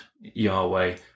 Yahweh